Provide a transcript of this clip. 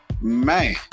man